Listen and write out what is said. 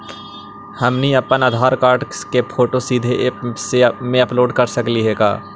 हमनी अप्पन आधार कार्ड के फोटो सीधे ऐप में अपलोड कर सकली हे का?